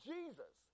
Jesus